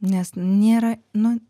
nes nėra nu